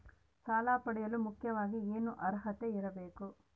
ಸಾಲ ಪಡೆಯಲು ಮುಖ್ಯವಾಗಿ ಏನು ಅರ್ಹತೆ ಇರಬೇಕು?